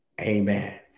amen